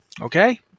Okay